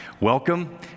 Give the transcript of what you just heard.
Welcome